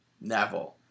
Neville